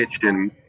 kitchen